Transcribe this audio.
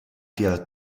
der